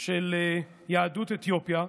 של יהדות אתיופיה,